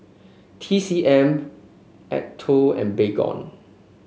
T C M Acuto and Baygon